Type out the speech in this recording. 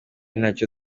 nacyo